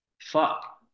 fuck